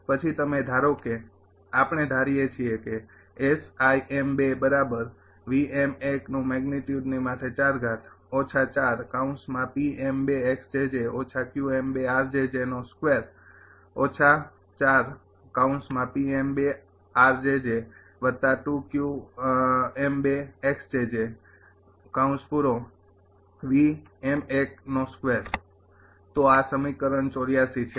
પછી તમે ધારો કે આપણે ધારીએ તો આ સમીકરણ ૮૪ છે